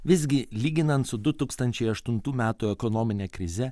visgi lyginant su du tūkstančiai aštuntų metų ekonomine krize